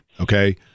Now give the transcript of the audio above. okay